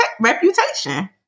reputation